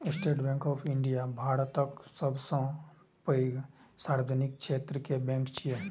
state Bank of India भारतक सबसं पैघ सार्वजनिक क्षेत्र के बैंक छियै